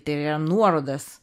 tai yra nuorodas